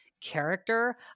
character